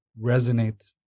resonate